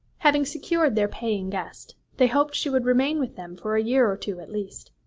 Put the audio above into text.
having secured their paying guest, they hoped she would remain with them for a year or two at least.